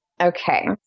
Okay